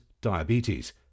diabetes